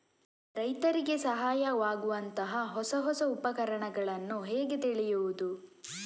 ರೈತರಿಗೆ ಸಹಾಯವಾಗುವಂತಹ ಹೊಸ ಹೊಸ ಉಪಕರಣಗಳನ್ನು ಹೇಗೆ ತಿಳಿಯುವುದು?